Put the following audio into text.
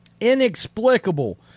Inexplicable